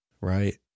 Right